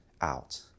out